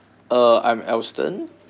uh I'm alston